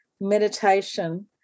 meditation